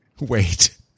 wait